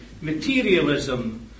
materialism